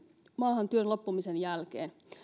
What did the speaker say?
maahan työn loppumisen jälkeen